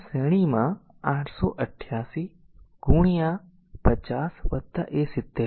ત્યાં શ્રેણીમાં 888 ગુણ્યા 50 a